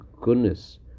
goodness